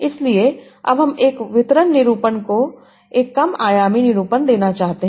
इसलिए अब हम एक वितरण निरूपण को एक कम आयामी निरूपण देना चाहते हैं